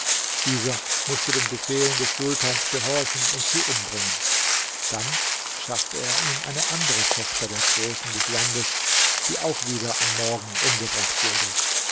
dieser mußte den befehlen des sultans gehorchen und sie umbringen dann schaffte er ihm eine andere tochter der großen des landes die auch wieder am morgen umgebracht wurde